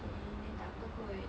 okay then takpe kot